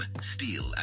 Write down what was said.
steal